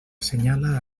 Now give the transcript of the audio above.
assenyala